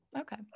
Okay